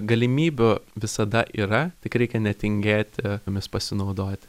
galimybių visada yra tik reikia netingėti jomis pasinaudoti